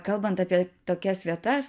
kalbant apie tokias vietas